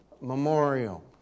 Memorial